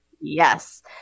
yes